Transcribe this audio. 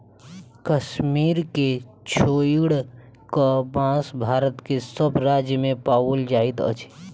कश्मीर के छोइड़ क, बांस भारत के सभ राज्य मे पाओल जाइत अछि